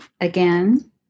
again